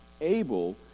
able